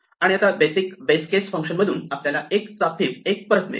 आणि आता basic base case function मधून आपल्याला 1 चा फिब 1 परत मिळेल